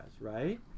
right